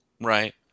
Right